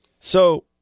So-